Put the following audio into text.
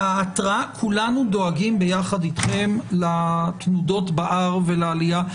כולנו דואגים ביחד איתכם לתנודות ב-R ולעלייה,